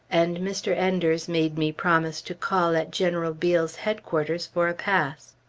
and mr. enders made me promise to call at general beale's headquarters for a pass.